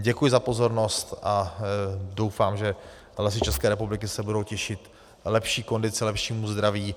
Děkuji za pozornost a doufám, že Lesy České republiky se budou těšit lepší kondici a lepšímu zdraví.